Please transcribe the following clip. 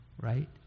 right